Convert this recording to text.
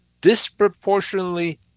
disproportionately